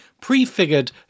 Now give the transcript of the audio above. prefigured